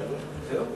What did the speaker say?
שלוש דקות, זהו?